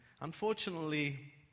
unfortunately